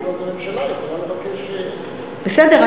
אז הממשלה יכולה לבקש, בסדר.